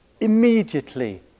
immediately